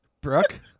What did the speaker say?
Brooke